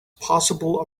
possible